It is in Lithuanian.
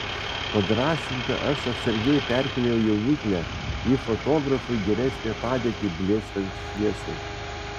padrąsinta aš atsargiai perkėliau jauniklę į fotografui geresnę padėtį blėstant šviesai